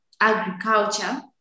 agriculture